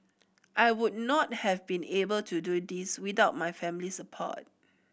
I would not have been able to do this without my family's support